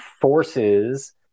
forces